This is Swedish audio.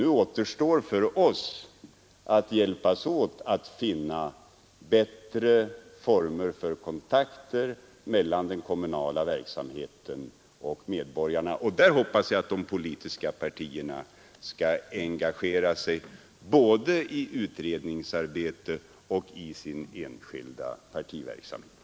Nu återstår för oss att hjälpas åt att finna bättre former för kontakter mellan den kommunala verksamheten och medborgarna. Där hoppas jag att de politiska partierna skall engagera sig både i utredningsarbete och i sin enskilda partiverksamhet.